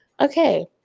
Okay